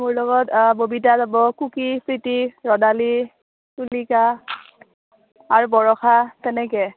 মোৰ লগত ববিতা যাব কুকি চুইটি ৰদালি তুলিকা আৰু বৰষা তেনেকৈ